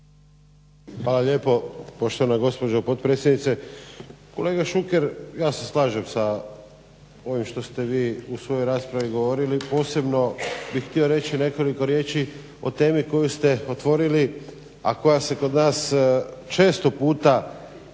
Hvala lijepa poštovano gospođo potpredsjednice. Kolega Šuker ja se slažem s ovim što ste vi u svojoj raspravi govorili, posebno bih htio reći nekoliko riječi o temi koju ste otvorili a koja se kod nas često puta